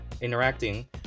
interacting